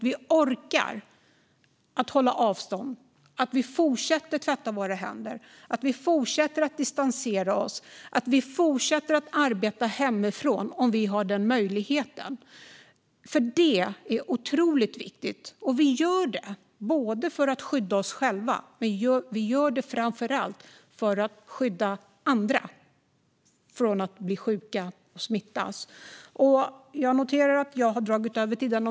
Vi måste orka hålla avstånd, fortsätta tvätta våra händer, fortsätta att distansera oss och fortsätta att arbeta hemifrån om vi har den möjligheten. Det är otroligt viktigt, och vi gör det för att skydda oss själva. Men vi gör det framför allt för att skydda andra från att bli sjuka och smittas.